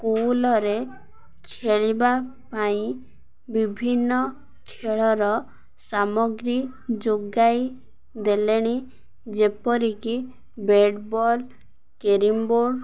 ସ୍କୁଲରେ ଖେଳିବା ପାଇଁ ବିଭିନ୍ନ ଖେଳର ସାମଗ୍ରୀ ଯୋଗାଇ ଦେଲେଣି ଯେପରିକି ବ୍ୟାଟ୍ ବଲ୍ କ୍ୟାରମ୍ ବୋର୍ଡ଼